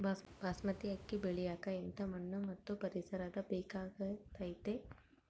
ಬಾಸ್ಮತಿ ಅಕ್ಕಿ ಬೆಳಿಯಕ ಎಂಥ ಮಣ್ಣು ಮತ್ತು ಪರಿಸರದ ಬೇಕಾಗುತೈತೆ?